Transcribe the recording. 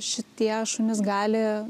šitie šunys gali